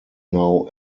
now